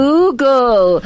Google